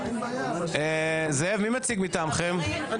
מה